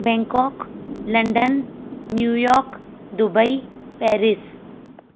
Bangkok London New York Dubai Paris